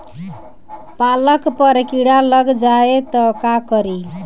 पालक पर कीड़ा लग जाए त का करी?